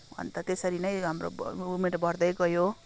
अन्त त्यसरी नै हाम्रो उमेर बढ्दै गयो